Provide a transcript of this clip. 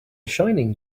shining